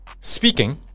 speaking